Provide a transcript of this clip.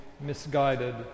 misguided